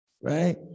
right